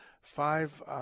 five